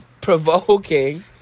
Provoking